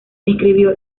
escribió